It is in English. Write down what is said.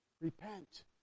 Repent